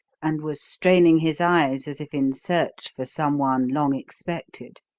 and was straining his eyes as if in search for someone long expected.